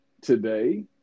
today